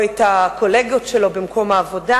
את הקולגות שלו במקום העבודה?